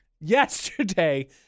Yesterday